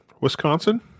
Wisconsin